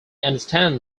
understand